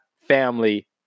family